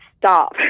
Stop